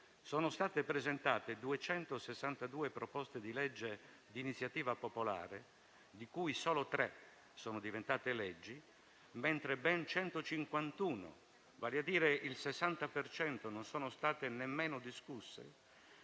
sono state presentate 262 proposte di legge di iniziativa popolare, di cui solo tre sono diventate leggi, mentre ben 151, vale a dire il 60 per cento, non sono state nemmeno discusse,